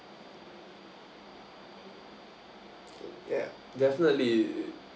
ya definitely